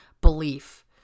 belief